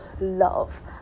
love